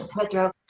Pedro